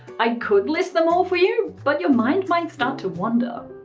i could list them all for you, but your mind might start to wander.